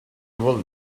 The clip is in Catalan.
vol